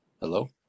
hello